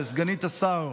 לסגנית השר,